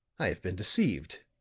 i have been deceived!